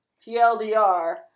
TLDR